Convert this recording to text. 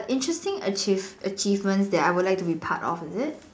interesting achieve achievements that I would like to be part of is it